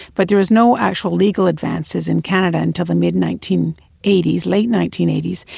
but there was no actual legal advances in canada until the mid nineteen eighty s, late nineteen eighty s,